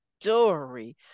story